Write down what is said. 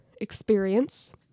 experience